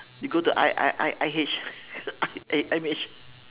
you go to I I I I H I_M_H